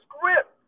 script